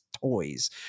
toys